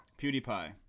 PewDiePie